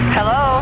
Hello